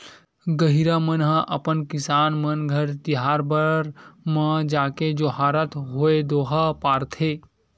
गहिरा मन ह अपन किसान मन घर तिहार बार म जाके जोहारत होय दोहा पारथे